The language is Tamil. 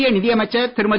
மத்திய நிதி அமைச்சர் திருமதி